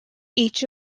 each